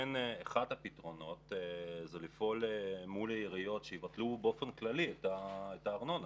הפתרונות זה לפעול מול העיריות שיבטלו באופן כללי את הארנונה.